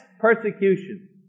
persecution